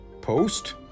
post